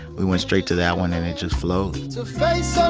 we went straight to that one, and it just flowed to face um